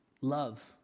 love